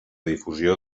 difusió